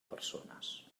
persones